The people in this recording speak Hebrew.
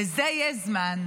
לזה יש זמן,